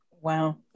Wow